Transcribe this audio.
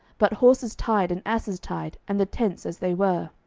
but horses tied, and asses tied, and the tents as they were.